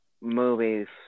movies